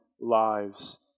lives